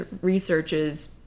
researches